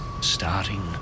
starting